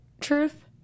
truth